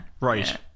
right